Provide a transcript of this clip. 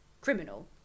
criminal